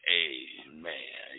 amen